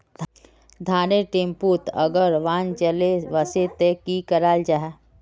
धानेर टैमोत अगर बान चले वसे ते की कराल जहा?